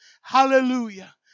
Hallelujah